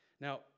Now